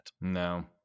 No